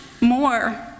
more